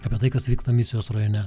apie tai kas vyksta misijos rajone